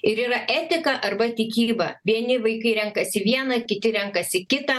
ir yra etika arba tikyba vieni vaikai renkasi vieną kiti renkasi kitą